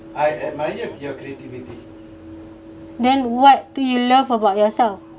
then what do you love about yourself